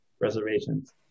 reservations